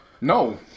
No